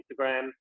Instagram